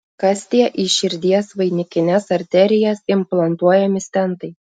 kas tie į širdies vainikines arterijas implantuojami stentai